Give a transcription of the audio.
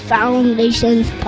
Foundations